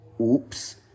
Oops